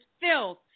filth